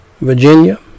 Virginia